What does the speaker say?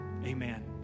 Amen